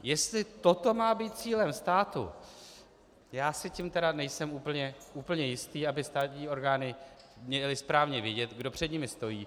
Jestli toto má být cílem státu, já si tím tedy nejsem úplně jistý, aby státní orgány měly správně vědět, kdo před nimi stojí.